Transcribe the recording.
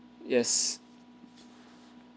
yes